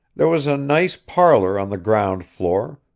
there was a nice parlour on the ground floor,